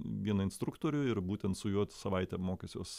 vieną instruktorių ir būtent su juo savaitę mokysiuos